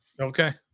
Okay